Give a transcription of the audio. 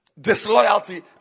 Disloyalty